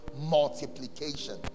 multiplication